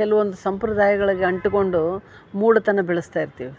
ಕೆಲವೊಂದು ಸಂಪ್ರದಾಯಗಳಿಗೆ ಅಂಟ್ಕೊಂಡು ಮೂಢ ತನ ಬೆಳೆಸ್ತಾ ಇರ್ತೀವಿ